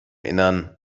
innern